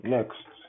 Next